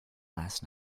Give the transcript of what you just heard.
last